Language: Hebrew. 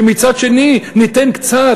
ומצד שני ניתן קצת,